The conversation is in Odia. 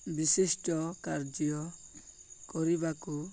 ବିଶିଷ୍ଟ କାର୍ଯ୍ୟ କରିବାକୁ